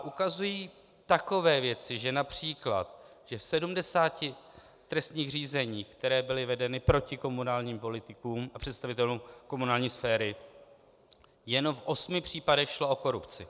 Ukazují takové věci, že například v těch 70 trestních řízení, která byla vedena proti komunálním politikům a představitelům komunální sféry, jenom v 8 případech šlo o korupci.